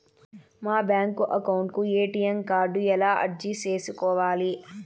మా bank account కు ATM card ఎలా అర్జీ సేసుకోవాలి?